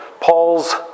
Paul's